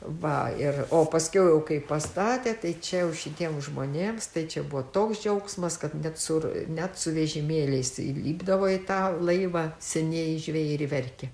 va ir o paskiau jau kai pastatė tai čia jau šitiems žmonėms tai čia buvo toks džiaugsmas kad net su net su vežimėliais įlipdavo į tą laivą senieji žvejai ir verkė